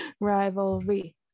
rivalry